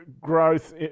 growth